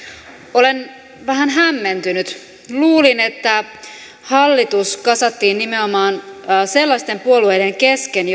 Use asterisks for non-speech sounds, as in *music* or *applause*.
olen vähän hämmentynyt luulin että hallitus kasattiin nimenomaan sellaisten puolueiden kesken *unintelligible*